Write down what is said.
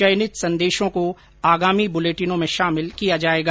चयनित संदेशों को आगामी बुलेटिनों में शामिल किया जाएगा